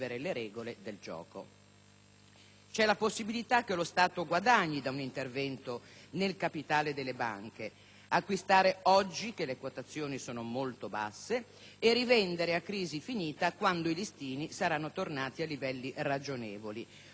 è la possibilità che lo Stato guadagni da un intervento nel capitale delle banche: acquistare oggi che le quotazioni sono molto basse e rivendere a crisi finita quando i listini saranno tornati ai livelli ragionevoli. Può essere addirittura un affare!